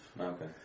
Okay